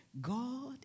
God